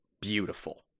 beautiful